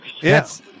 Yes